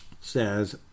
says